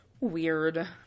Weird